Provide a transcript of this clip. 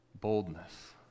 Boldness